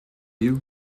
you